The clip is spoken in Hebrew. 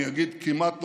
אני אגיד כמעט נורמלית,